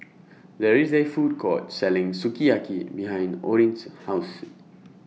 There IS A Food Court Selling Sukiyaki behind Orrin's House